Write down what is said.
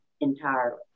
entirely